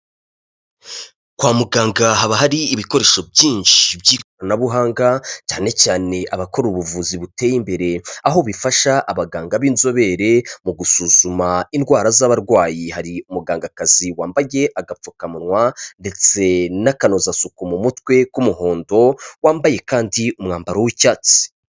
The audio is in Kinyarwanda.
Kwa muganga haba hari ibikoresho byinshi by'ikoranabuhanga cyane cyane abakora ubuvuzi buteye imbere, aho bifasha abaganga b'inzobere mu gusuzuma indwara z'abarwayi hari mugangakazi wambage agapfukamunwa ndetse n'akanozasuku mu mutwe k'umuhondo, wambaye kandi umwambaro w'icyatsi.